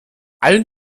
allen